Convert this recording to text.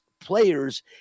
players